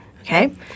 okay